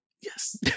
Yes